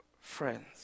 Friends